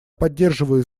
поддерживаю